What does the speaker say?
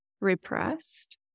repressed